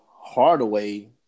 Hardaway